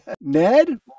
ned